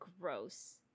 gross